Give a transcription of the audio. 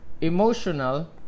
emotional